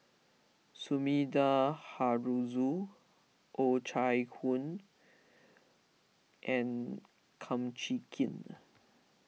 Sumida Haruzo O Chai Hoo and Kum Chee Kin